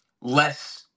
less